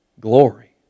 glory